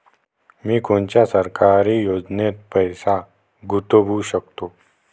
मी कोनच्या सरकारी योजनेत पैसा गुतवू शकतो?